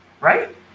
Right